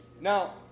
Now